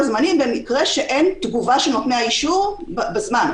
זמני במקרה שאין תגובה של נותני האישור בזמן.